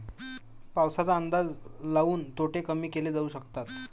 पाऊसाचा अंदाज लाऊन तोटे कमी केले जाऊ शकतात